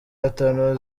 batanu